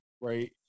right